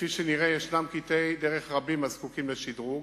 כפי שנראה יש קטעי דרך רבים הזקוקים לשדרוג,